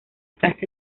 clase